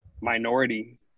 minority